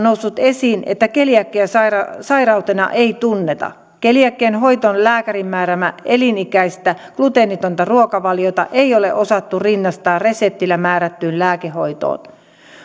noussut esiin että keliakiaa sairautena sairautena ei tunneta keliakian hoitoon lääkärin määräämää elinikäistä gluteenitonta ruokavaliota ei ole osattu rinnastaa reseptillä määrättyyn lääkehoitoon